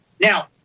Now